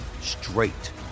straight